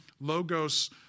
Logos